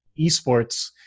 esports